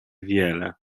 wiele